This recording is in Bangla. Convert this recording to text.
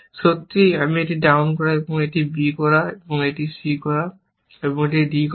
সত্যিই আমি একটি ডাউন করা বা এটি b করা বা এটি c করা বা এটি d করা হয়